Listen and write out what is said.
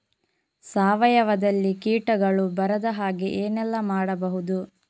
ಸಾವಯವದಲ್ಲಿ ಕೀಟಗಳು ಬರದ ಹಾಗೆ ಏನೆಲ್ಲ ಮಾಡಬಹುದು?